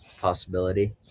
possibility